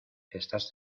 estás